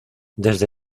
desde